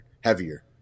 heavier